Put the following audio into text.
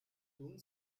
tun